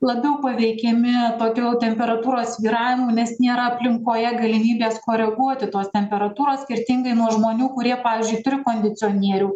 labiau paveikiami daugiau temperatūros svyravimų nes nėra aplinkoje galimybės koreguoti tos temperatūros skirtingai nuo žmonių kurie pavyzdžiui turi kondicionierių